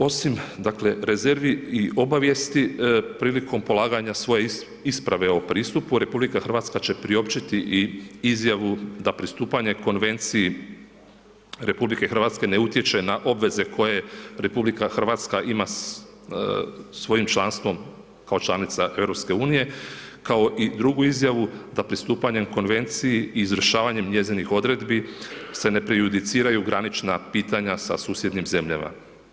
Osim dakle, rezervi i obavijesti, prilikom polaganja svoje isprave o pristupu, RH će priopćiti i izjavu da pristupanje konvenciji RH ne utječe na obveze koje RH ima svojim članstvom kao članica EU, kao i drugu izjavu da pristupanjem konvenciji i izvršavanjem njezinih odredbi se ne prejudiciraju granična pitanja sa susjednim zemljama.